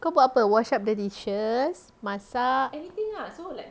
kau buat apa wash up the dishes masak